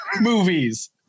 movies